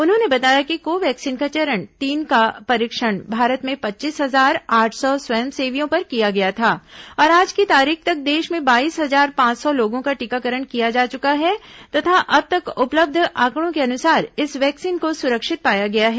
उन्होंने बताया कि को वैक्सीन का चरण तीन का परीक्षण भारत में पच्चीस हजार आठ सौ स्वंयसेवियों पर किया गया था और आज की तारीख तक देश में बाईस हजार पांच सौ लोगों का टीकाकरण किया जा चुका है तथा अब तक उपलब्ध आंकड़ों के अनुसार इस वैक्सीन को सुरक्षित पाया गया है